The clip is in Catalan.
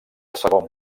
segon